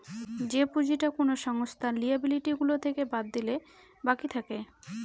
যে পুঁজিটা কোনো সংস্থার লিয়াবিলিটি গুলো থেকে বাদ দিলে বাকি থাকে